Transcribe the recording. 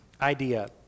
idea